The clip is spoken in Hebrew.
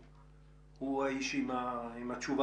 אני מבין שהוא האיש עם התשובה.